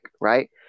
right